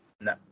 No